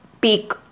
peak